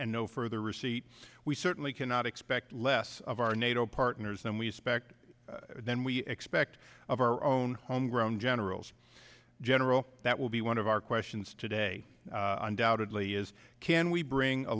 and no further receipts we certainly cannot expect less of our nato partners and we expect then we expect of our own homegrown generals general that will be one of our questions today undoubtedly is can we bring a